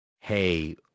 hey